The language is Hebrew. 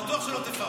בטוח שלא תפרגן.